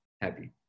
happy